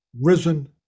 risen